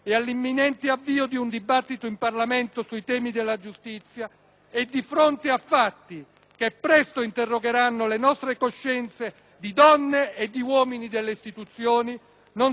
che presto interrogheranno le nostre coscienze di donne e uomini delle istituzioni, non siano l'ideologia e il pregiudizio a far passare invano questo treno